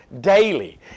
Daily